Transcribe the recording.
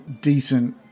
decent